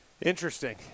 Interesting